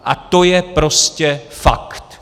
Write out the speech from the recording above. A to je prostě fakt.